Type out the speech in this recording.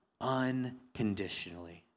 unconditionally